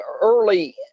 early